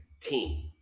team